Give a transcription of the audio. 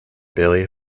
billy